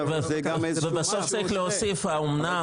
אבל זה גם איזשהו --- אבל בסוף צריך להוסיף האמנם,